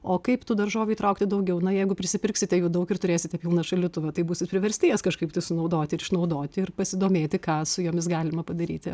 o kaip tų daržovių įtraukti daugiau na jeigu prisipirksite jų daug ir turėsite pilną šaldytuvą taip būsit priversti jas kažkaip tai sunaudoti išnaudoti ir pasidomėti ką su jomis galima padaryti